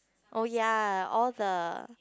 oh ya all the